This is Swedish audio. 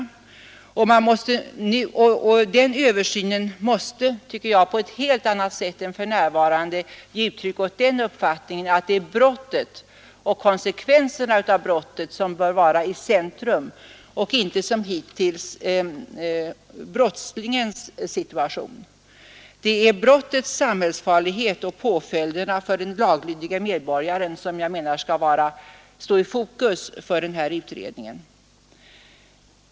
Denna översyn måste på ett helt 29 november 1972 annat sätt än vad som för närvarande sker ge uttryck för uppfattningen — att även brottet och konsekvenserna av brottet bör stå i centrum och inte Till som hittills enbart brottslingens situation. Det är brottets samhällsfarlig = Ufredning på het och påföljderna för den laglydige medborgaren som jag anser också kriminalpolitikens bör stå i fokus för utredningen. område m.m.